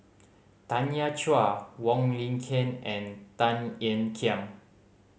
Tanya Chua Wong Lin Ken and Tan Ean Kiam